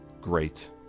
great